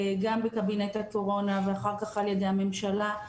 גם בקבינט הקורונה ואחר כך על ידי הממשלה.